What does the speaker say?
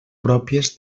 pròpies